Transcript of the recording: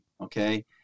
Okay